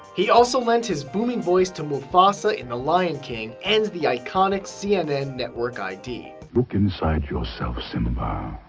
he also lent his booming voice to mufasa in the lion king, and the iconic cnn network id. look inside yourself simba.